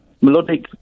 melodic